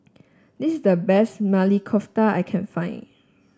this is the best Maili Kofta I can find